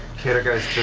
caedogeist